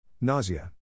Nausea